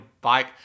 bike